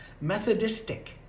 Methodistic